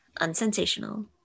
Unsensational